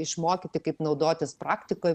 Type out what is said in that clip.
išmokyti kaip naudotis praktikoj